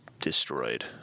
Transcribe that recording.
destroyed